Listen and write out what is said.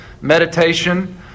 Meditation